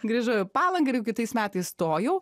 grįžau į palangą ir jau kitais metais stojau